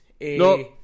No